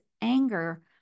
anger